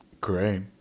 Great